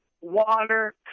water